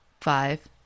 five